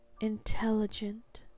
intelligent